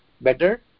Better